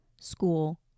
school